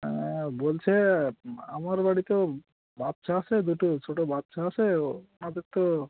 হ্যাঁ বলছি আমার বাড়িতেও বাচ্চা আছে দুটো ছোট বাচ্চা আছে তাদের তো